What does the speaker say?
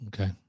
Okay